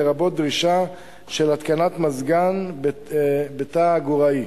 לרבות דרישה של התקנת מזגן בתא העגורנאי.